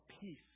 peace